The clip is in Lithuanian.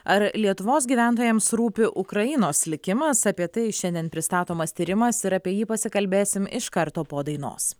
ar lietuvos gyventojams rūpi ukrainos likimas apie tai šiandien pristatomas tyrimas ir apie jį pasikalbėsim iš karto po dainos